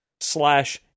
slash